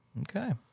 Okay